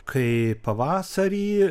kai pavasarį